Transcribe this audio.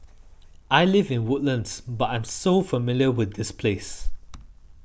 I live in Woodlands but I'm so familiar with this place